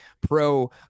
pro